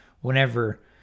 whenever